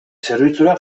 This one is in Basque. zerbitzura